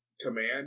command